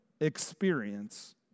experience